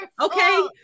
Okay